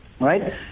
right